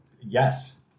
yes